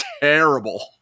terrible